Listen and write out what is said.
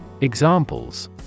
Examples